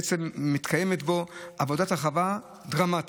בעצם מתקיימת בו עבודת הרחבה דרמטית.